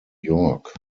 york